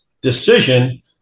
decision